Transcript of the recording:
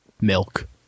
milk